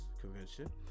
convention